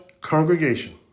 congregation